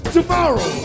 Tomorrow